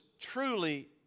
truly